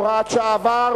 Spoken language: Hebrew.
הוראת שעה),